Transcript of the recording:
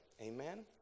Amen